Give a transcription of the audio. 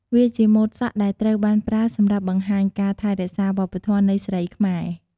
វាជាម៉ូតសក់ដែលត្រូវបានប្រើសម្រាប់បង្ហាញការថែរក្សាវប្បធម៍នៃស្រីខ្មែរ។